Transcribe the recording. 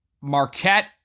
Marquette